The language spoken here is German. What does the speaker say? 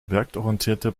objektorientierte